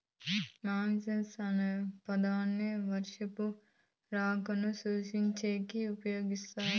monsoon అనే పదాన్ని వర్షపు రాకను సూచించేకి ఉపయోగిస్తారు